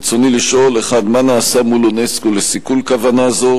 רצוני לשאול: 1. מה נעשה מול אונסק"ו לסיכול כוונה זו?